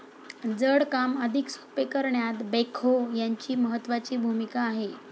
जड काम अधिक सोपे करण्यात बेक्हो यांची महत्त्वाची भूमिका आहे